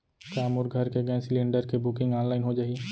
का मोर घर के गैस सिलेंडर के बुकिंग ऑनलाइन हो जाही?